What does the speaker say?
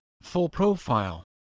full-profile